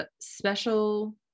special